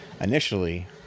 initially